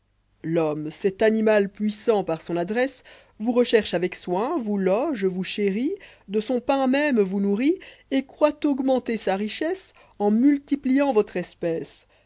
l'homme cet animal puissant par son adresse vous recherche avec soin vous loge vous chérit de son pain même vous nourrit etcroit augmenter sa richesse en multipliant votre espèce